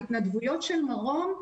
להתנדבויות של מרום,